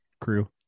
crew